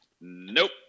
nope